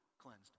cleansed